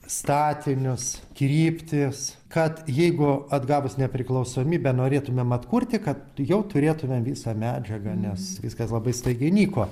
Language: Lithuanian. statinius kryptis kad jeigu atgavus nepriklausomybę norėtumėm atkurti kad jau turėtumėm visą medžiagą nes viskas labai staigiai nyko